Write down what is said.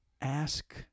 ask